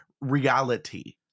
reality